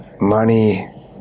money